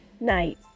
night